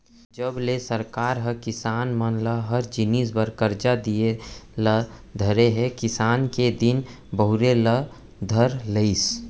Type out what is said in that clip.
जब ले सरकार ह किसान मन ल हर जिनिस बर करजा दिये ल धरे हे किसानी के दिन बहुरे ल धर लिस